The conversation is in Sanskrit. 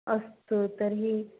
अस्तु तर्हि